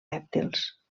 rèptils